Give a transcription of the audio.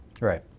Right